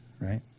right